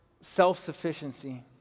self-sufficiency